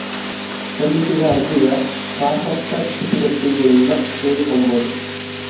ಸಲ್ಲಿಸಿದ ಅರ್ಜಿಯ ಪ್ರಸಕ್ತ ಸ್ಥಿತಗತಿಗುಳ್ನ ತಿಳಿದುಕೊಂಬದು